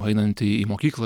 einant į mokyklą